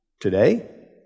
Today